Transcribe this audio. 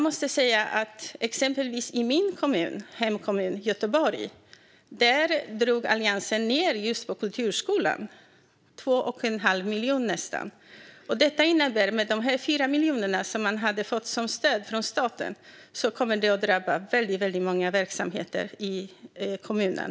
I min hemkommun Göteborg drog Alliansen ned på kulturskolan med nästan 2 1⁄2 miljon av de 4 miljoner man hade fått som stöd från staten. Det kommer att drabba väldigt många verksamheter i kommunen.